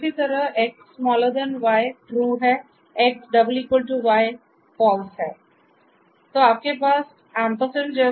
इसी तरह XY true है XY false है